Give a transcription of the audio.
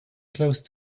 close